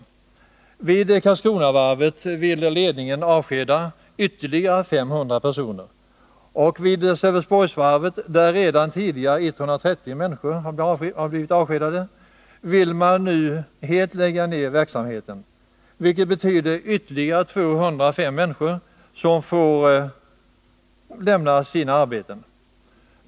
Ledningen för Karlskronavarvet vill avskeda ytterligare 500 personer, och vid Sölvesborgsvarvet, där 130 människor redan tidigare blivit avskedade, vill man nu helt lägga ned verksamheten, vilket betyder att ytterligare 205 personer får lämna sina arbeten.